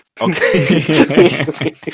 okay